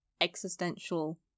existential